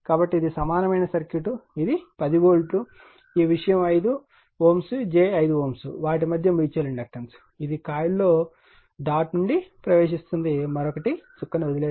కాబట్టి ఇది సమానమైన సర్క్యూట్ ఇది 10 వోల్ట్ ఈ విషయం 5 Ω j 5 Ω వాటి మధ్య మ్యూచువల్ ఇండక్టెన్స్ ఇది కాయిల్లో చుక్క నుండి ప్రవేశిస్తుంది మరొకటి చుక్కను వదిలివేస్తుంది మరియు ఇది 5 Ω